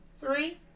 three